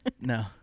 no